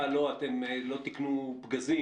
אנחנו ניתן את דמנו ואת זיעתנו ונטפל בחולים.